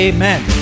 Amen